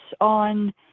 on